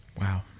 Wow